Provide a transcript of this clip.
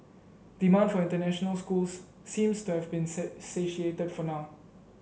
demand for international schools seems to have been satiated for now